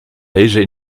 lezen